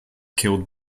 killed